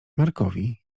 markowi